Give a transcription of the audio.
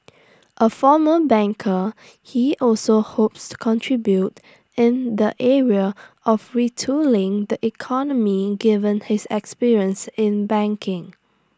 A former banker he also hopes contribute in the area of retooling the economy given his experience in banking